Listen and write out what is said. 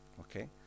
Okay